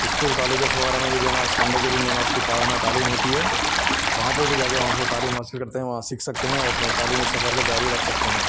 school colleges وغیرہ میں بھی جو ہے نا سنڈے کے دن جو ہے نا اس کی نا تعلیم ہوتی ہے وہاں پہ بھی جا کے وہاں پہ تعلیم حاصل کرتے ہیں وہاں سیکھ سکتے ہیں اور اپنے تعلیمی سفر کو جاری رکھ سکتے ہیں